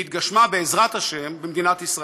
והתגשמה, בעזרת השם, במדינת ישראל.